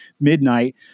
midnight